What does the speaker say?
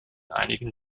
einigen